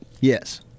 Yes